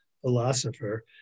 philosopher